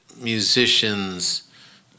musicians